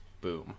Boom